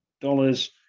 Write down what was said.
dollars